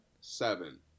Seven